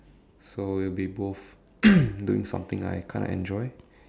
so will be both doing something I kind of enjoy